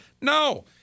no